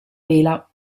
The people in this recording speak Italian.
vela